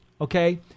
Okay